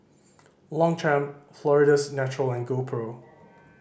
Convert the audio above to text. Longchamp Florida's Natural and GoPro